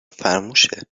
فرموشه